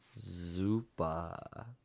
Zupa